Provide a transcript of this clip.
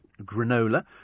granola